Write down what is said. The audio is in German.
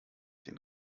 den